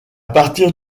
partir